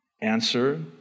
Answer